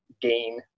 gain